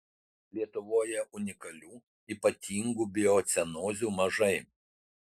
lietuvoje unikalių ypatingų biocenozių mažai